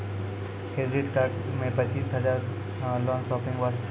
Credit card मे पचीस हजार हजार लोन शॉपिंग वस्ते?